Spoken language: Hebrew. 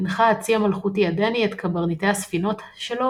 הנחה הצי המלכותי הדני את קברניטי הספינות שלו